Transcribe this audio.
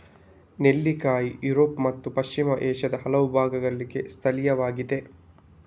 ನೆಲ್ಲಿಕಾಯಿ ಯುರೋಪ್ ಮತ್ತು ಪಶ್ಚಿಮ ಏಷ್ಯಾದ ಹಲವು ಭಾಗಗಳಿಗೆ ಸ್ಥಳೀಯವಾಗಿದೆ